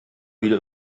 wieder